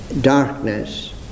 darkness